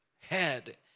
head